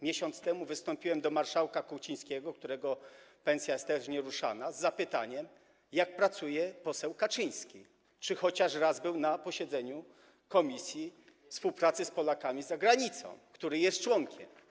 Miesiąc temu wystąpiłem do marszałka Kuchcińskiego, którego pensja jest też nieruszana, z zapytaniem, jak pracuje poseł Kaczyński, czy chociaż raz był na posiedzeniu Komisji Łączności z Polakami za Granicą, której jest członkiem.